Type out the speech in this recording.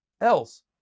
else